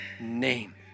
name